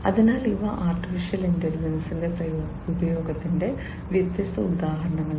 അതിനാൽ ഇവ AI യുടെ ഉപയോഗത്തിന്റെ വ്യത്യസ്ത ഉദാഹരണങ്ങളാണ്